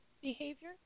behavior